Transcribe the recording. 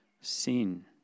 sin